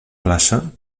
plaça